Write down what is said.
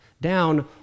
down